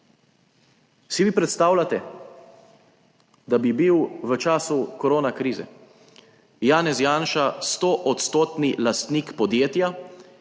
Si vi predstavljate, da bi bil v času korona krize Janez Janša stoodstotni lastnik podjetja,